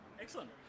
excellent